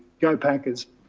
go packers.